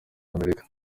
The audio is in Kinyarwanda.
amerika